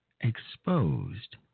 exposed